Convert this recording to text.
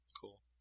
Cool